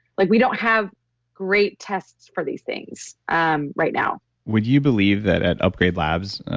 like we don't have great tests for these things um right now would you believe that at upgrade labs,